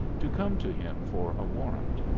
to come to him for a warrant.